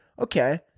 Okay